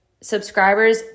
subscribers